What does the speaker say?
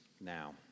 Now